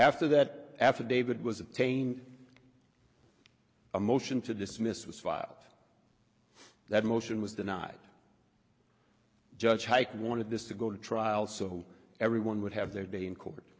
after that affidavit was obtained a motion to dismiss was filed that motion was denied judge heike wanted this to go to trial so everyone would have their day in court